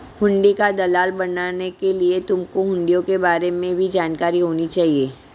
हुंडी का दलाल बनने के लिए तुमको हुँड़ियों के बारे में भी जानकारी होनी चाहिए